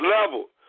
level